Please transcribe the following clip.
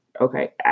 Okay